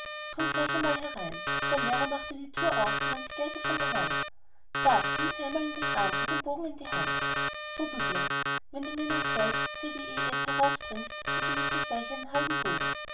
komm gleich einmal da herein und der lehrer machte die tür auf und nahm die geige von der wand da nimm sie einmal in den arm und den bogen in die hand so büblein und wenn du mir nun c d e f herausbringst so geb ich dir gleich einen halben gulden